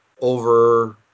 over